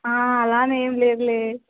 అలా అని ఏం లేదులే